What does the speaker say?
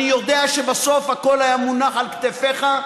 אני יודע שבסוף הכול היה מונח על כתפיך,